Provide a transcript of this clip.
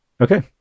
Okay